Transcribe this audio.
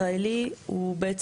ביהודה ושומרון יכולים להיות יבואנים